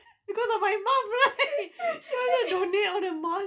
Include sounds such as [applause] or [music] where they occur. [laughs]